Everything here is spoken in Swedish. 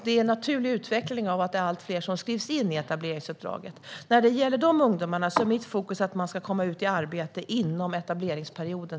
Det är en naturlig utveckling eftersom det är allt fler som skrivs in i etableringsuppdraget. När det gäller dessa ungdomar är mitt fokus att de ska komma ut i arbete inom etableringsperioden.